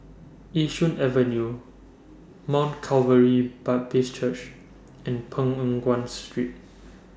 Yishun Avenue Mount Calvary Baptist Church and Peng Nguan Street